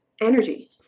energy